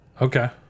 Okay